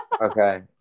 okay